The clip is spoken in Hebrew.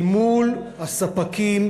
אל מול הספקים,